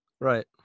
Right